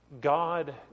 God